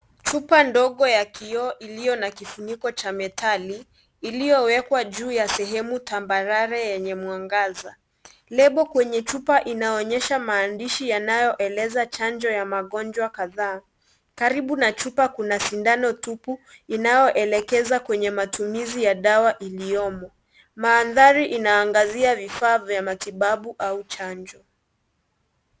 Chuma ndogo ya kioo iliyo na kifuniko cha metali iliyowekwa kwa sehemu tambarare yenye mwangaza. Lebo kwenye chupa inaonyesha mandishi yanayoeleza chanjo ya magonjwa kadhaa. Karibu na chupa kuna sindano tupu inayoelekeza kwa matumishi ya dawa iliyomo. Maandari inaangazia vifaa vya matibabu au chanjo.